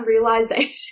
realization